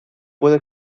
puedo